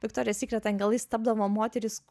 viktorijos sykret angelais tapdavo moterys